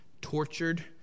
tortured